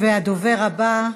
הדוברת הבאה,